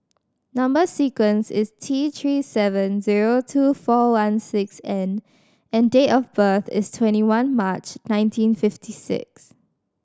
number sequence is T Three seven zero two four one six N and date of birth is twenty one March nineteen fifty six